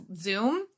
Zoom